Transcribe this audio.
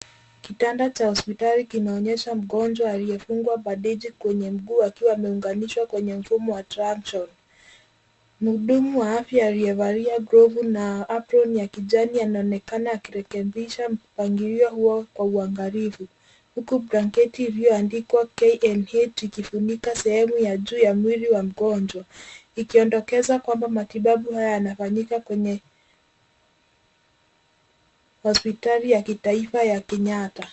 Kitanda cha hospitali kinaonyesha mgonjwa aliyefungwa bandeji kwenye mguu akiwa ameunganishwa kwenye mfumo wa tension . Mhudumu wa afya aliyevalia glovu na aproni ya kiijani anaonekana akirekebisha mpangilio huo kwa uangalifu huku blanketi iliyoandikwa KNH ikifunika sehemu ya juu ya mwili wa mgonjwa ikidokeza kwamba matubabu haya yanafanyika kwenye hospitali ya kitaifa ya Kenyatta.